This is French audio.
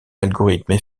algorithme